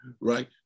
right